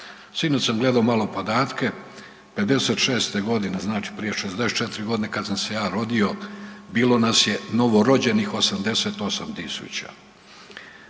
Sinoć sam gledao malo podatke, '56.g., znači prije 64.g. kad sam se ja rodio bilo nas je novorođenih 88 000,